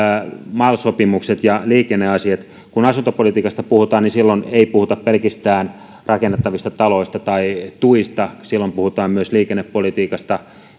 mal sopimukset ja liikenneasiat kun asuntopolitiikasta puhutaan silloin ei puhuta pelkästään rakennettavista taloista tai tuista silloin puhutaan myös liikennepolitiikasta